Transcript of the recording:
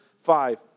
five